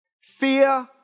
Fear